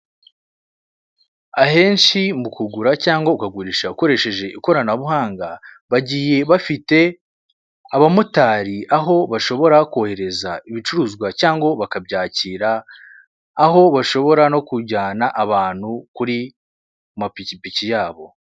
Ahenshi mu kugura cyangwa ukagurisha ukoresheje ikoranabuhanga, bagiye bafite aba motari aho bashobora kohereza ibicuruzwa cyangwa bakabyakira aho bashobora no kujyana abantu kuri mapikipiki yabo.